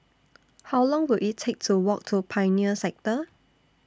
How Long Will IT Take to Walk to Pioneer Sector